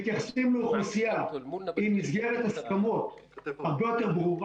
מתייחסים לאוכלוסייה עם מסגרת הסכמות הרבה יותר ברורה.